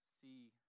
see